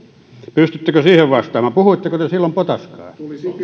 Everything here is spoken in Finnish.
pystyttekö siihen vastamaan puhuitteko te silloin potaskaa